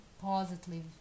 positively